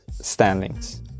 standings